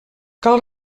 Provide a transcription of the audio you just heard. cal